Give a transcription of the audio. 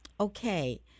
Okay